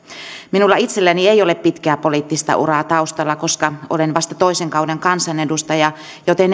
minulla itselläni ei ole pitkää poliittista uraa taustalla koska olen vasta toisen kauden kansanedustaja joten